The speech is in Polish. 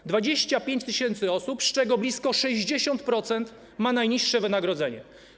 To 25 tys. osób, z czego blisko 60% ma najniższe wynagrodzenie.